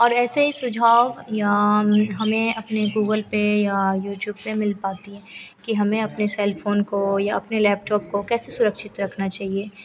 और ऐसे ही सुझाव या हमें अपने गूगल पर या यूट्यूब पर मिल पाती है कि हमें अपने सेलफ़ोन को या अपने लैपटॉप को कैसे सुरक्षित रखना चाहिए